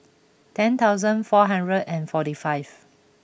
ten thousand four hundred and forty five